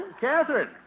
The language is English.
Catherine